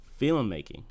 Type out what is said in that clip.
filmmaking